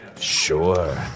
Sure